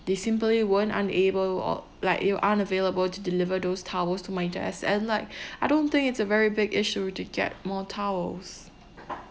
they simply were unable or like you are unavailable to deliver those towels to my desk and like I don't think it's a very big issue to get more towels